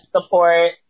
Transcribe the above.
support